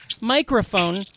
microphone